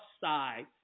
side